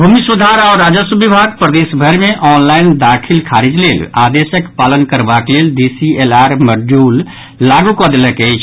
भूमि सुधार आओर राजस्व विमाग प्रदेश भरि मे ऑनलाईन दाखिल खारिज लेल आदेशक पालन करबाक लेल डीसीएलआर मॉड्यूल लागू कऽ देलक अछि